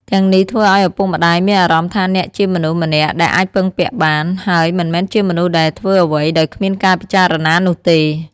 ទាំងនេះធ្វើឲ្យឪពុកម្ដាយមានអារម្មណ៍ថាអ្នកជាមនុស្សម្នាក់ដែលអាចពឹងពាក់បាន ហើយមិនមែនជាមនុស្សដែលធ្វើអ្វីដោយគ្មានការពិចារណានោះទេ។